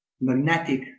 magnetic